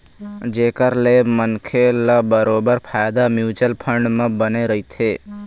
जेखर ले मनखे ल बरोबर फायदा म्युचुअल फंड म बने रहिथे